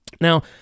Now